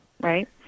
right